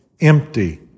empty